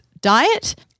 diet